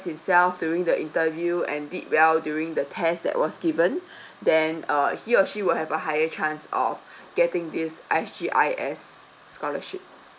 himself during the interview and did well during the test that was given then uh he or she will have a higher chance of getting this S G I S scholarship